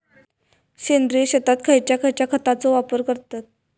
सेंद्रिय शेतात खयच्या खयच्या खतांचो वापर करतत?